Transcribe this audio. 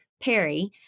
Perry